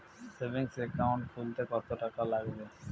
Savings account খুলতে কতটাকা লাগবে?